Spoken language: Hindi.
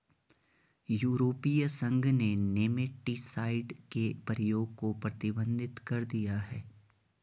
यूरोपीय संघ ने नेमेटीसाइड के प्रयोग को प्रतिबंधित कर दिया है